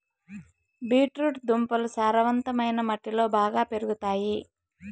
beet root దుంపలు సారవంతమైన మట్టిలో బాగా పెరుగుతాయి